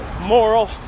moral